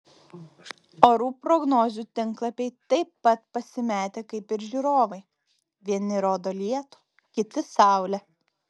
orų prognozių tinklapiai taip pat pasimetę kaip ir žiūrovai vieni rodo lietų kiti saulę